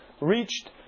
reached